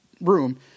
room